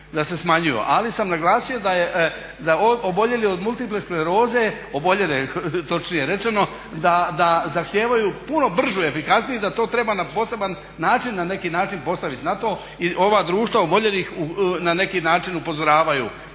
čekanja smanjuju, ali sam naglasio da oboljeli od multiple skleroze, oboljele točnije rečeno, da zahtijevaju puno brže i efikasnije i da to treba na poseban način na neki način postaviti. Na to ova društva oboljelih na neki način upozoravaju